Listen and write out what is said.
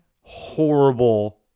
horrible